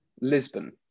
Lisbon